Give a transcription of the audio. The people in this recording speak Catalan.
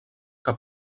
que